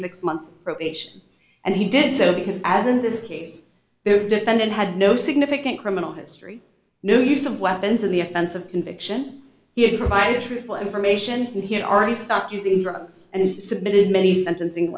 six months probation and he did so because as in this case the defendant had no significant criminal history no use of weapons in the offense of conviction he had provided truthful information that he had already stopped using drugs and submitted many sentencing